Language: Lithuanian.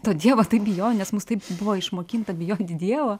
to dievo taip bijo nes mus taip buvo išmokinta bijoti dievo